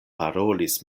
parolis